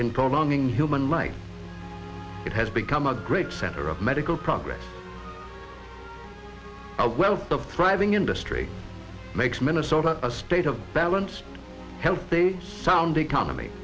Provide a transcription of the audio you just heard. in programming human life it has become a great center of medical progress a wealth of thriving industry makes minnesota a state of balance healthy sound economy